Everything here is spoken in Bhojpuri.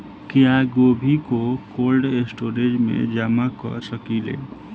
क्या गोभी को कोल्ड स्टोरेज में जमा कर सकिले?